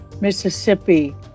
Mississippi